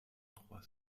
trois